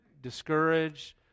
discouraged